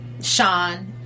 Sean